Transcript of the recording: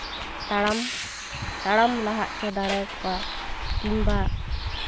ᱛᱟᱲᱟᱢ ᱛᱟᱲᱟᱢ ᱞᱟᱦᱟ ᱦᱚᱪᱚ ᱟᱠᱚᱣᱟ ᱠᱤᱢᱵᱟ